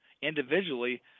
individually